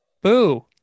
boo